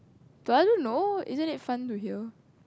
but I don't know isn't it fun to hear